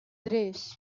tres